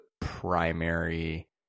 primary